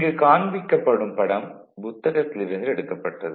இங்கு காண்பிக்கப்படும் படம் புத்தகத்தில் இருந்து எடுக்கப்பட்டது